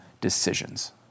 decisions